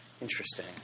Interesting